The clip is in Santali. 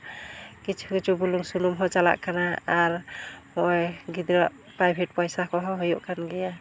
ᱠᱤᱪᱷᱩ ᱠᱤᱪᱷᱩ ᱵᱩᱞᱩᱝ ᱥᱩᱱᱩᱢ ᱦᱚᱸ ᱪᱟᱞᱟᱜ ᱠᱟᱱᱟ ᱟᱨ ᱦᱚᱸᱜᱼᱚᱭ ᱜᱤᱫᱽᱨᱟᱹᱣᱟᱜ ᱯᱨᱟᱭᱵᱷᱮᱴ ᱯᱚᱭᱥᱟ ᱠᱚᱦᱚᱸ ᱦᱩᱭᱩᱜ ᱠᱟᱱ ᱜᱮᱭᱟ